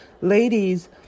ladies